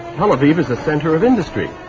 tel aviv is the center of industry.